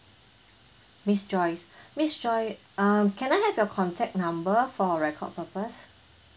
miss joyce miss joyce um can I have your contact number for record purpose